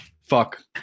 fuck